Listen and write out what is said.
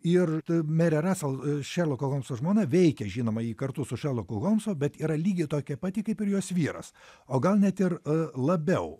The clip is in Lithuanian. ir merė rasel šerloko holmso žmona veikia žinoma ji kartu su šerloku holmso bet yra lygiai tokia pati kaip ir jos vyras o gal net ir labiau